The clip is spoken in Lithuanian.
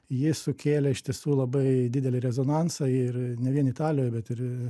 ji sukėlė iš tiesų labai didelį rezonansą ir ne vien italijoj bet ir